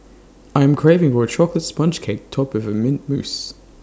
I am craving for A Chocolate Sponge Cake Topped with Mint Mousse